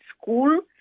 school